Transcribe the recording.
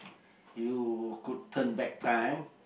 you could turn back time